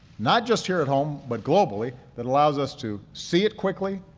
not just here at home, but globally, that allows us to see it quickly,